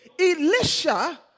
Elisha